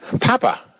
Papa